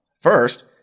First